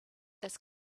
this